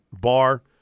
bar